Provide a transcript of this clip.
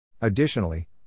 Additionally